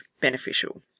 beneficial